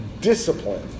discipline